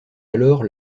alors